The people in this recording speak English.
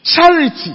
Charity